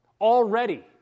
already